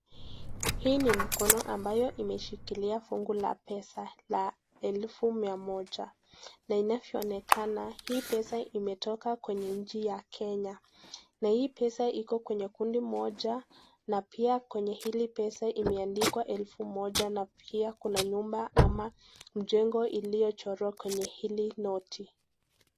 Huu ni mkono ambayo imeshikilia fungua la pesa, Elfu mia moja. Na inavyoonekana, hii pesa imetoka kwenye nchi ya Kenya . Na hii pesa Iko kwenye kundi moja na pia kwenye hii pesa imeandikwa elfu moja na pia kuna nyumba ama mjengo iliyo chorwa kwenye hii noti.